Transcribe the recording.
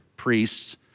Priests